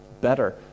better